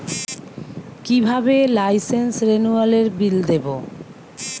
কিভাবে লাইসেন্স রেনুয়ালের বিল দেবো?